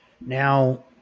now